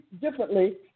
differently